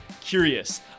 curious